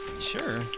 sure